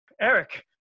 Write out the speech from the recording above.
Eric